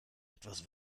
etwas